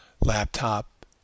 laptop